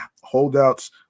holdouts